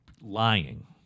lying